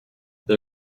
they